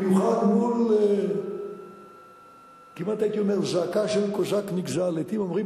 ובמיוחד מול, כמעט הייתי אומר: זעקה של קוזק נגזל.